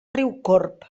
riucorb